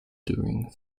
during